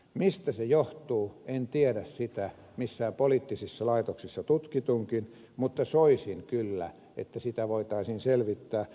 mistä se johtuu en tiedä sitä missään poliittisissa laitoksissa tutkitunkaan mutta soisin kyllä että sitä voitaisiin selvittää